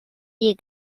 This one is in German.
die